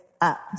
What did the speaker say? up